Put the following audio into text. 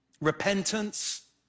repentance